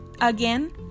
again